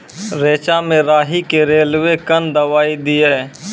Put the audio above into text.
रेचा मे राही के रेलवे कन दवाई दीय?